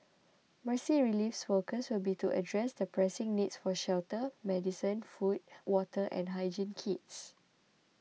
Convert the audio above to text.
Mercy Relief's focus will be to address the pressing needs for shelter medicine food water and hygiene kits